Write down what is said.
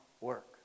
work